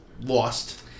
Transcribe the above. lost